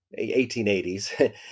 1880s